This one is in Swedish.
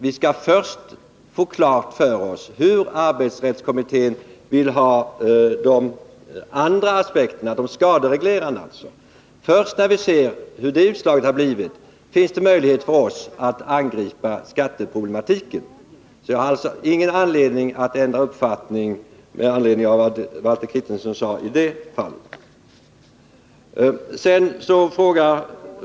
Vi skall först få klart för oss hur arbetsrättskommittén vill ha det när det gäller de skadereglerande aspekterna. Först när vi sett det utslaget finns det möjlighet för oss att angripa skatteproblematiken. Jag har således ingen orsak att ändra uppfattning med anledning av vad Valter Kristenson sade i det fallet.